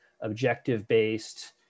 objective-based